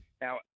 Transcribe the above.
Now